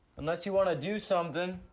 unless you wanna do something?